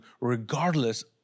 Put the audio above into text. regardless